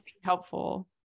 helpful